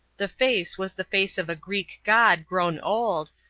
the face was the face of a greek god grown old,